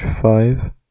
five